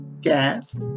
gas